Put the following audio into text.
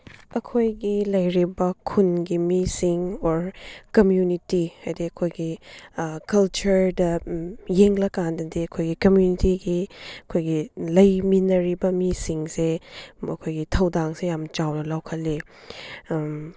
ꯑꯩꯈꯣꯏꯒꯤ ꯂꯩꯔꯤꯕ ꯈꯨꯟꯒꯤ ꯃꯤꯁꯤꯡ ꯑꯣꯔ ꯀꯝꯄ꯭ꯌꯨꯅꯤꯇꯤ ꯍꯥꯏꯗꯤ ꯑꯩꯈꯣꯏꯒꯤ ꯀꯜꯆꯔꯗ ꯌꯦꯡꯂꯀꯥꯟꯗꯗꯤ ꯑꯩꯈꯣꯏꯒꯤ ꯀꯝꯃ꯭ꯌꯨꯅꯤꯇꯤꯒꯤ ꯑꯩꯈꯣꯏꯒꯤ ꯂꯩꯃꯤꯟꯅꯔꯤꯕ ꯃꯤꯁꯤꯡꯁꯦ ꯃꯈꯣꯏꯒꯤ ꯊꯧꯗꯥꯡꯁꯦ ꯌꯥꯝ ꯆꯥꯎꯅ ꯂꯧꯈꯠꯂꯤ